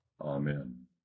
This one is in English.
Amen